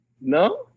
No